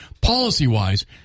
policy-wise